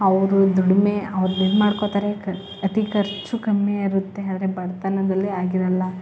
ಅವರು ದುಡಿಮೆ ಇದು ಮಾಡ್ಕೊಳ್ತಾರೆ ಕರ್ ಅತಿ ಖರ್ಚು ಕಮ್ಮಿ ಇರುತ್ತೆ ಆದರೆ ಬಡತನದಲ್ಲಿ ಆಗಿರೋಲ್ಲ